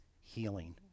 healing